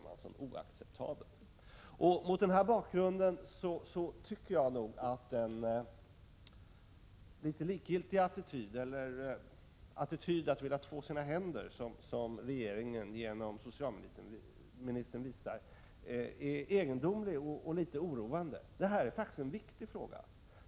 Mot denna bakgrund tycker jag att den något likgiltiga attityden att vilja två sina händer som regeringen genom socialministern visar är egendomlig och oroande. Det här är faktiskt en viktig fråga.